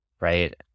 right